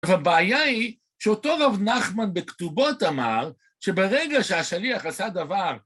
אבל הבעיה היא שאותו רב נחמן בכתובות אמר שברגע שהשליח עשה דבר